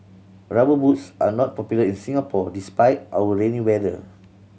Rubber Boots are not popular in Singapore despite our rainy weather